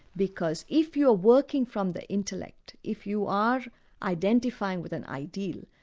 because if you are working from the intellect, if you are identifying with an ideal,